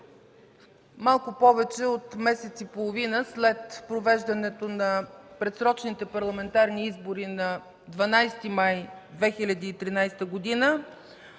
малко повече от месец и половина след провеждането на предсрочните парламентарни избори на 12 май 2013 г.,